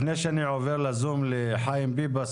לפני שאני עובר לזום לחיים ביבס,